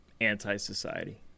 anti-society